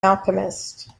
alchemist